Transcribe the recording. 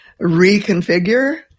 reconfigure